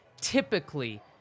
typically